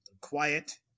quiet